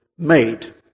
made